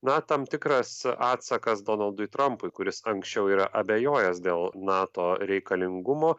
na tam tikras atsakas donaldui trampui kuris anksčiau yra abejojęs dėl nato reikalingumo